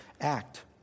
Act